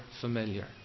familiar